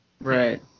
Right